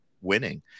winning